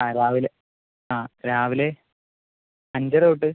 ആ രാവിലെ ആ രാവിലെ അഞ്ചര തൊട്ട്